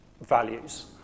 values